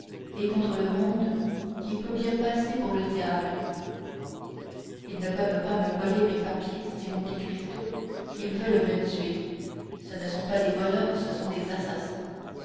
et contre le monde qui peut bien passer pour le diable ils ne veulent pas me voler mes papiers dit monte cristo ils veulent me tuer ce ne sont pas des voleurs ce sont des assassins